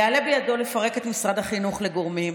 יעלה בידו לפרק את משרד החינוך לגורמים,